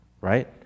right